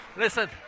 Listen